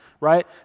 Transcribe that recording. right